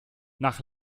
nach